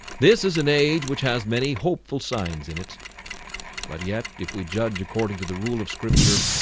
this is an age which has many hopeful signs in it but yet if we judge according to the rule of scripture,